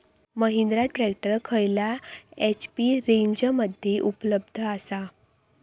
Mahindra tractor खयल्या HP रेंजमध्ये उपलब्ध आसा?